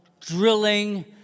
drilling